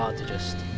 um to just.